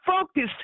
focused